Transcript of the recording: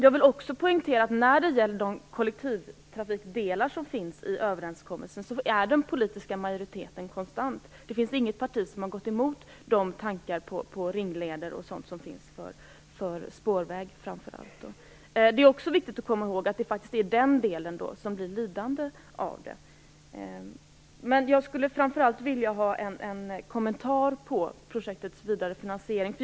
Jag vill också poängtera att när det gäller kollektivtrafikdelarna i överenskommelsen är den politiska majoriteten konstant. Inget parti har gått emot tankarna på ringleder för spårvägen. Det är också viktigt att komma ihåg att det faktiskt är den delen som nu blir lidande. Jag skulle framför allt vilja ha en kommentar till projektets vidare finansiering.